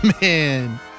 Man